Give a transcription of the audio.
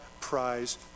prize